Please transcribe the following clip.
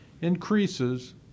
increases